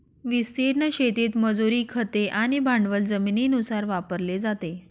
विस्तीर्ण शेतीत मजुरी, खते आणि भांडवल जमिनीनुसार वापरले जाते